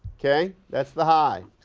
okay? that's the high.